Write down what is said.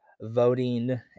voting